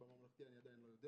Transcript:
בממלכתי אני עדיין לא יודע